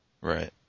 Right